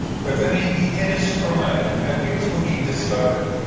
but then he he hit his stride. and and here's what he discovered.